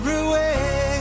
away